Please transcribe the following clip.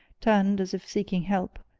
turned, as if seeking help,